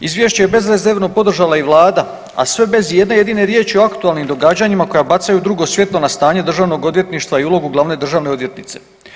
Izvješće je bezrezervno podržala i Vlada, a sve bez i jedne jedine riječi o aktualnim događanjima koja bacaju drugo svjetlo na stanje državnog odvjetništva i uloge glavne državne odvjetnice.